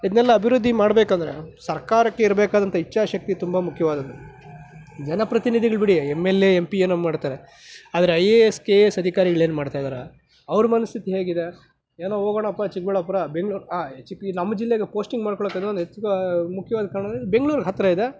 ಇದನ್ನೆಲ್ಲ ಅಭಿವೃದ್ಧಿ ಮಾಡಬೇಕಂದ್ರೆ ಸರ್ಕಾರಕ್ಕೆ ಇರಬೇಕಾದಂಥ ಇಚ್ಛಾಶಕ್ತಿ ತುಂಬ ಮುಖ್ಯವಾದದ್ದು ಜನಪ್ರತಿನಿಧಿಗಳು ಬಿಡಿ M L A M P ಏನೋ ಮಾಡ್ತಾರೆ ಆದರೆ I A S K A S ಅಧಿಕಾರಿಗಳೇನು ಮಾಡ್ತಾಯಿದ್ದಾರೆ ಅವ್ರ ಮನಸ್ಥಿತಿ ಹೇಗಿದೆ ಏನೋ ಹೋಗೋಣಪ್ಪ ಚಿಕ್ಕಬಳ್ಳಾಪುರ ಬೆಂಗ್ಳೂರು ಆ ಯ್ ಚಿಕ್ಕ ನಮ್ಮ ಜಿಲ್ಲೆಗೆ ಪೋಸ್ಟಿಂಗ್ ಮಾಡ್ಕೊಳ್ಳೊ ಕಾರಣ ಅಂದರೆ ಹೆಚ್ಚಿಗೆ ಮುಖ್ಯವಾದ ಕಾರಣ ಅಂದರೆ ಬೆಂಗ್ಳೂರ್ಗೆ ಹತ್ತಿರ ಇದೆ